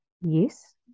yes